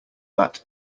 bat